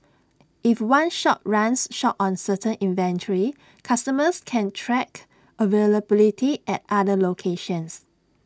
if one shop runs short on certain inventory customers can track availability at other locations